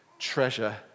treasure